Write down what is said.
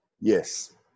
Yes